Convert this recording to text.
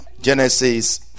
Genesis